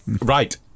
Right